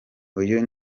uyu